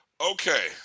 Okay